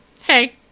Hey